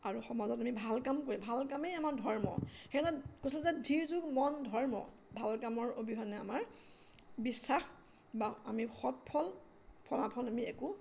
আৰু সমাজত আমি ভাল কাম কৰি ভাল কামেই আমাৰ ধৰ্ম সেয়ে কৈছিলোঁ যে ধী যোগ মন ধৰ্ম ভাল কামৰ অবিহনে আমাৰ বিশ্বাস বা আমি সৎফল ফলাফল আমি একো